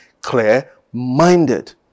clear-minded